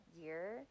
year